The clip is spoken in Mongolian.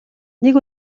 нэг